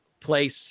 place